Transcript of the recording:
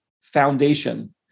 foundation